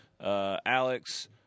Alex